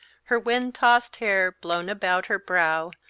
her wind-tossed hair blown about her brow,